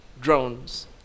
drones